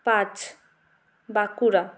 পাঁচ বাঁকুড়া